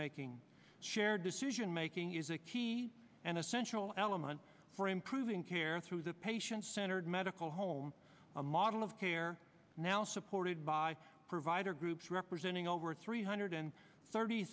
making shared decision making is a key and essential element for improving care through the patient centered medical home a model of care now supported by provider groups representing over three hundred thirty